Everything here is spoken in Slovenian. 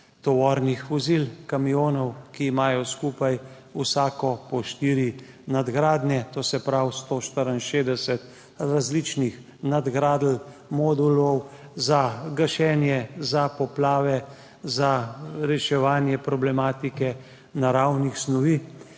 tovornih vozil kamionov, ki imajo vsak po štiri nadgradnje, to se pravi 164 različnih nadgradenj, modulov za gašenje, za poplave, za reševanje problematike nevarnih snovi.